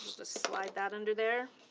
just slide that under there.